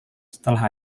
setelah